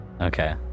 Okay